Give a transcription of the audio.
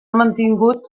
mantingut